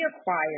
acquired